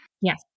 yes